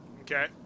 Okay